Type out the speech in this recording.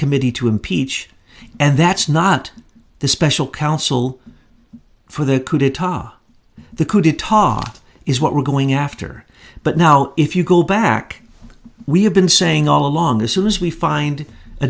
committee to impeach and that's not the special counsel for the coup d'etat the coup to talk is what we're going after but now if you go back we have been saying all along as soon as we find a